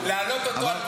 לעלות דיון,